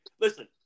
listen